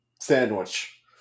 Sandwich